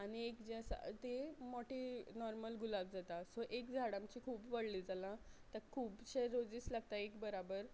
आनी एक जे आसा ती मोटी नॉर्मल गुलाब जाता सो एक झाड आमची खूब व्हडली जालां ताका खुबशे रोजीस लागता एक बराबर